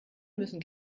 müssen